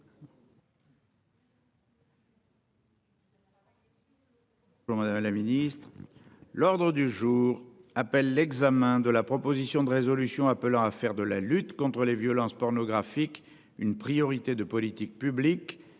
Selon Madame la Ministre. L'ordre du jour appelle l'examen de la proposition de résolution appelant à faire de la lutte contre les violences pornographique une priorité de politique publique